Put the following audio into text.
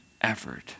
effort